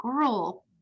girl